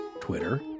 Twitter